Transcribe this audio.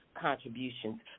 contributions